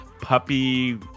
puppy